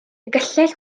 gyllell